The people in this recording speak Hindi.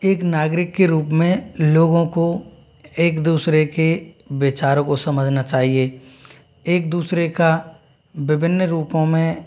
एक नागरिक के रूप में लोगों को एक दूसरे के विचारों को समझना चाहिए एक दूसरे का विभिन्न रूपों में